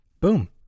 Boom